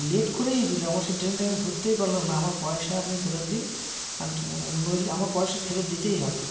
late করেই দিল আমার সে ট্রেনটা আমি ধরতেই পারলাম না আমার পয়সা আপনি ফেরত দিন নইলে আমার পয়সা ফেরত দিতেই হবে